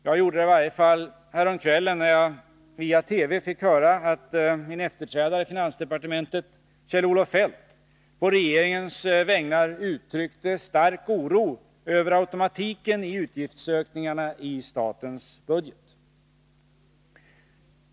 Jag gjorde det i varje fall häromkvällen när jag via TV fick höra att min efterträdare i finansdepartementet, Kjell-Olof Feldt, på regeringens vägnar uttryckte stark oro över automatiken i utgiftsökningarna i statsbudgeten.